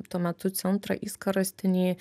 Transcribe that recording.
tuo metu centrą įskorostinį